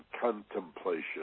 contemplation